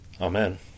Amen